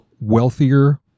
wealthier